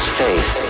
faith